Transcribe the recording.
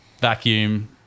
vacuum